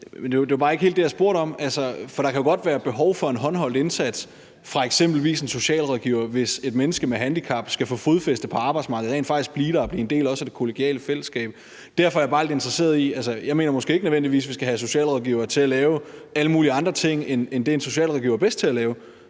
var bare ikke helt det, jeg spurgte om. For der kan jo godt være behov for en håndholdt indsats fra eksempelvis en socialrådgiver, hvis et menneske med handicap skal få fodfæste på arbejdsmarkedet og rent faktisk blive der og også blive en del af det kollegiale fællesskab. Jeg mener måske ikke nødvendigvis, at vi skal have socialrådgivere til at lave alle mulige andre ting end det, en socialrådgiver er bedst til at lave,